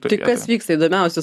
tai kas vyksta įdomiausius